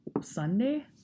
Sunday